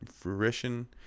fruition